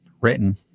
written